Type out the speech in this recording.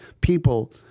people